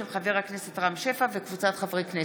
של חבר הכנסת רם שפע וקבוצת חברי הכנסת.